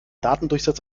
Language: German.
datendurchsatz